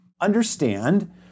Understand